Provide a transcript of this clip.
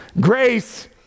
Grace